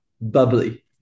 Bubbly